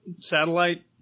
satellite